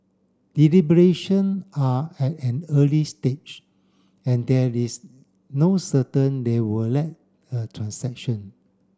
deliberation are at an early stage and there is no certain they will lead a transaction